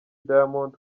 diamond